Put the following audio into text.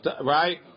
right